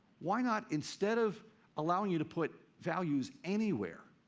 why not instead of allowing you to put values anywhere,